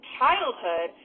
childhood